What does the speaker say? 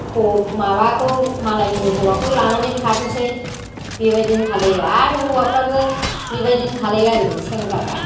ह माबाखौ मालायनि हौवाखौ लानानै खारनोसै बेबायदिनो खालामो आरो हौवाफ्राबो बेबायदिनो खालामो आरो बे सेंग्राफ्रा